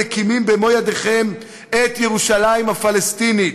מקימים במו ידיכם את ירושלים הפלסטינית,